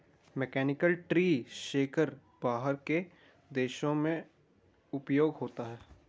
mechanical tree shaker बाहर के देशों में उसका उपयोग होता है